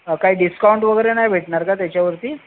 काही डिस्काउंट वगैरे नाही भेटणार का त्याच्यावरती